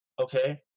Okay